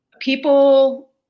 People